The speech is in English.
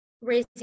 raising